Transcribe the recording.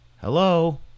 Hello